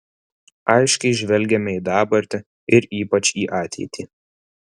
aiškiai žvelgiame į dabartį ir ypač į ateitį